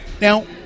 Now